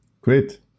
Great